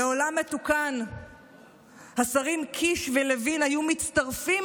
בעולם מתוקן השרים קיש ולוין היו מצטרפים